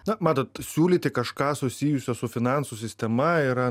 na matot siūlyti kažką susijusio su finansų sistema yra